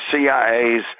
CIA's